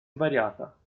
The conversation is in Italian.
invariata